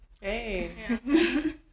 hey